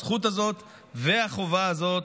הזכות הזאת והחובה הזאת,